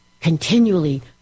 continually